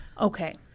Okay